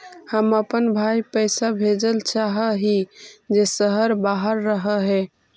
हम अपन भाई पैसा भेजल चाह हीं जे शहर के बाहर रह हे